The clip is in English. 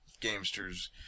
gamesters